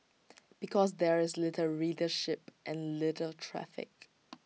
because there is little readership and little traffic